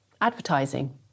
advertising